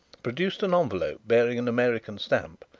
produced an envelope bearing an american stamp,